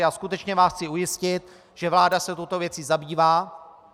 A skutečně vás chci ujistit, že vláda se touto věcí zabývá.